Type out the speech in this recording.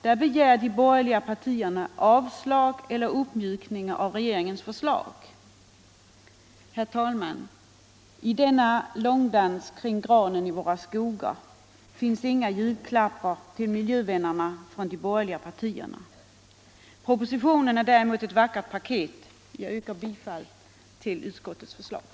Detta borde i större utsträckning än vad som har skett bringas till allmänhetens kännedom. Herr talman! I denna långdans kring granen i våra skogar finns det inga julklappar till miljövännerna från de borgerliga partierna. Propositionen är däremot ett lackat paket. Jag yrkar, herr talman, bifall till utskottets hemställan.